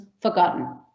forgotten